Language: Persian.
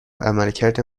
عملکرد